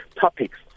topics